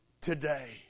today